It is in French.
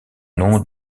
nom